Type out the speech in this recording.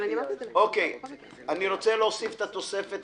אני רוצה להצביע על התוספת